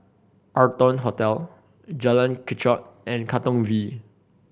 Arton Hotel Jalan Kechot and Katong V